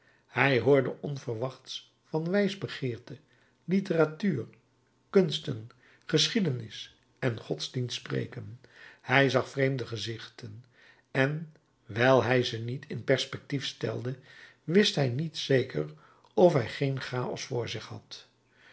hij hoorde onverwachts van wijsbegeerte literatuur kunsten geschiedenis en godsdienst spreken hij zag vreemde gezichten en wijl hij ze niet in perspectief stelde wist hij niet zeker of hij geen chaos voor zich had